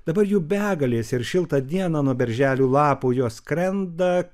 dabar jų begalės ir šiltą dieną nuo berželių lapų jos skrenda